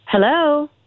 Hello